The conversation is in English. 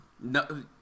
No